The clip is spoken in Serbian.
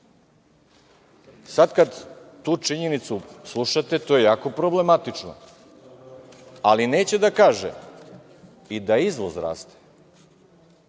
Sada kada tu činjenicu slušate, to je jako problematično, ali neće da kaže i da izvoz raste